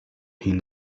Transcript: him